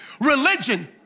Religion